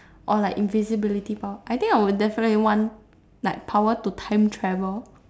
or like invisibility power I think I would definitely want like power to time travel